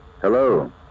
hello